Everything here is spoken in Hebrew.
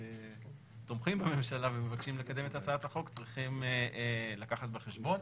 שתומכים בממשלה ומבקשים לקדם את הצעת החוק צריכים לקחת בחשבון.